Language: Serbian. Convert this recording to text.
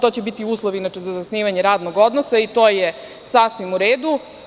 To će biti uslov za zasnivanje radnog odnosa i to je sasvim u redu.